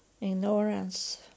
ignorance